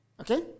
Okay